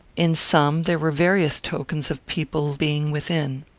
in some there were various tokens of people being within.